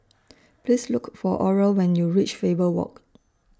Please Look For Oral when YOU REACH Faber Walk